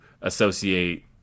associate